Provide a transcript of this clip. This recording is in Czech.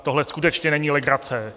Tohle skutečně není legrace.